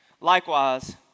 Likewise